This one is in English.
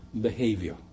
behavior